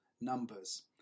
numbers